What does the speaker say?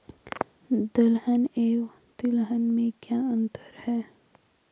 दलहन एवं तिलहन में क्या अंतर है?